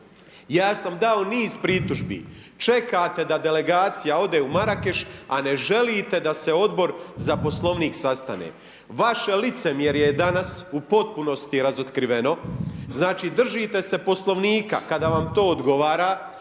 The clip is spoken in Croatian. Ja sam do niz pritužbi, čekate da delegacija ode u Marakeš, a ne želite da se Odbor za poslovnik sastane. Vaše licemjerje je danas u potpunosti razotkriveno, znači držite se Poslovnika kada vam to odgovora,